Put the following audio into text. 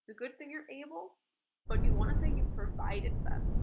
good thing you're able but you want to say you provided them.